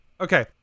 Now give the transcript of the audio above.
Okay